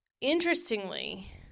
Interestingly